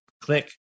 Click